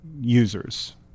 users